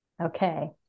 Okay